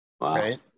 Right